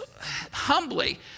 humbly